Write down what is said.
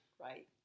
right